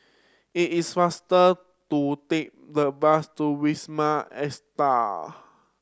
it is faster to take the bus to Wisma